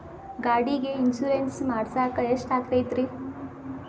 ಗಾಡಿಗೆ ಇನ್ಶೂರೆನ್ಸ್ ಮಾಡಸಾಕ ಎಷ್ಟಾಗತೈತ್ರಿ?